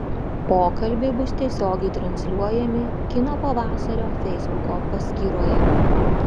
pokalbiai bus tiesiogiai transliuojami kino pavasario feisbuko paskyroje